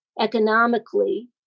economically